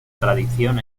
tradición